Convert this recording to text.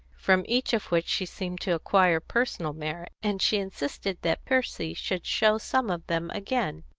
from each of which she seemed to acquire personal merit, and she insisted that percy should show some of them again.